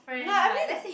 like I mean